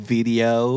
Video